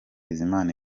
bizimana